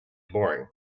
boring